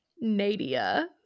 Nadia